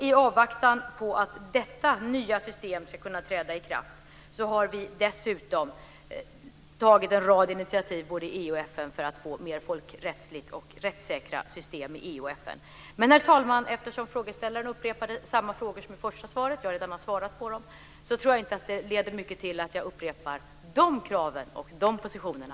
I avvaktan på att detta nya system ska kunna träda i kraft har vi dessutom tagit en rad initiativ både i EU och FN för att få mer folkrättsliga och rättssäkra system där. Herr talman! Eftersom frågeställaren upprepade samma frågor som i det första inlägget och eftersom jag redan har svarat på dem så tror jag inte att det leder till så mycket att jag upprepar de kraven och de positionerna.